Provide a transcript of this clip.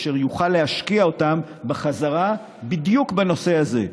אשר יוכל להשקיע אותם בדיוק בנושא הזה,